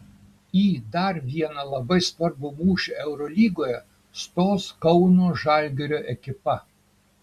į dar vieną labai svarbų mūšį eurolygoje stos kauno žalgirio ekipa